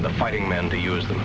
for the fighting men to use the